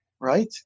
right